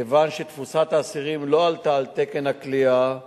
כיוון שתפוסת האסירים לא עלתה על תקן הכליאה,